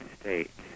States